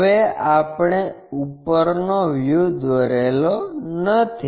હવે આપણે ઉપરનો વ્યુ દોરેલો નથી